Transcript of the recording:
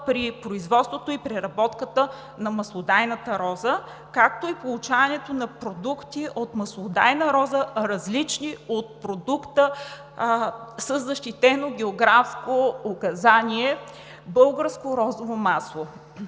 при производството и преработката на маслодайната роза, както и получаването на продукти от маслодайна роза, различни от продукта със защитено географско указание „Българско розово масло“.